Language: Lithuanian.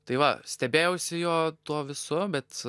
tai va stebėjausi jo tuo visu bet